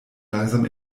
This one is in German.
langsam